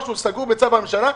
שהם סגורים בצו הממשלה.